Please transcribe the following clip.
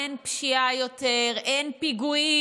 אין פשיעה יותר, אין פיגועים,